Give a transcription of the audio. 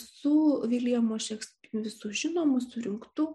su viljamo šekspyro visų žinomų surinktų